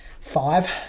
five